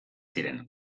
ziren